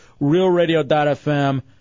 realradio.fm